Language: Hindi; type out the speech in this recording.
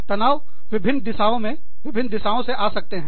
तनाव विभिन्न दिशाओं में विभिन्न दिशाओं से आ सकते हैं